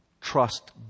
trust